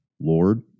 Lord